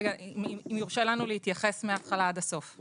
אם יורשה לנו להתייחס מהתחלה עד הסוף.